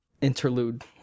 interlude